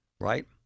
right